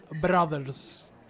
brothers